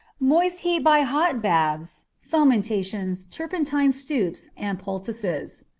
moist heat by hot baths, fomentations, turpentine stupes, and poultices.